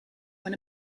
when